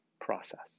process